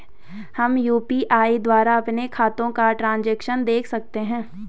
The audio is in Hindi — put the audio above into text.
हम यु.पी.आई द्वारा अपने खातों का ट्रैन्ज़ैक्शन देख सकते हैं?